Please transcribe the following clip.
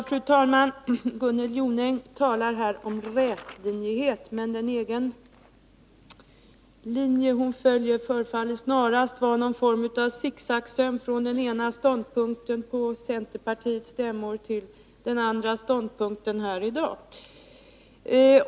Fru talman! Gunnel Jonäng talar om rätlinjighet, men den linje hon själv följer förefaller snarast vara någon form av sicksack-söm som går från en ståndpunkt som redovisats på centerpartiets stämmor till en annan, som redovisas här i dag.